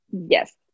yes